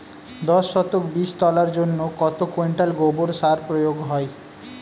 দশ শতক বীজ তলার জন্য কত কুইন্টাল গোবর সার প্রয়োগ হয়?